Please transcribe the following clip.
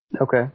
Okay